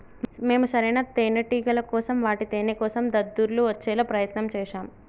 మేము సరైన తేనేటిగల కోసం వాటి తేనేకోసం దద్దుర్లు వచ్చేలా ప్రయత్నం చేశాం